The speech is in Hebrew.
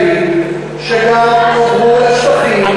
אז אני אומר לך שיש גם הרבה ישראלים שעברו לשטחים,